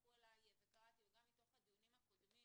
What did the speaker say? שנשלחו אלי וקראתי וגם מתוך הדיונים הקודמים